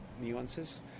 nuances